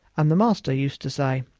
and the master used to say